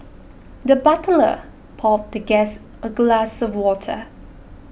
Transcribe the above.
the butler poured the guest a glass of water